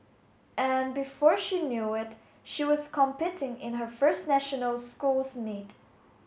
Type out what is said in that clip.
and before she knew it she was competing in her first national schools meet